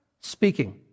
speaking